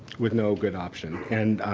with no good option and